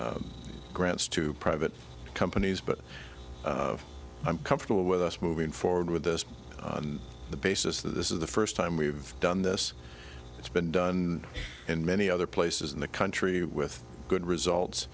about grants to private companies but i'm comfortable with us moving forward with this on the basis that this is the first time we've done this it's been done in many other places in the country with good results